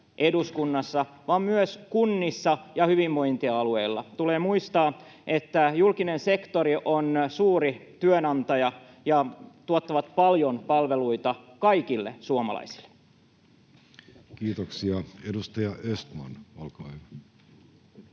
eduskunnassa vaan myös kunnissa ja hyvinvointialueilla. Tulee muistaa, että julkinen sektori on suuri työnantaja ja tuottaa paljon palveluita kaikille suomalaisille. [Speech 39] Speaker: Jussi Halla-aho